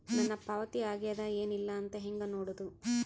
ನನ್ನ ಪಾವತಿ ಆಗ್ಯಾದ ಏನ್ ಇಲ್ಲ ಅಂತ ಹೆಂಗ ನೋಡುದು?